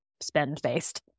spend-based